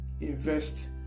invest